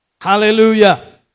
Hallelujah